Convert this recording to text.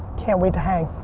can't wait to hang.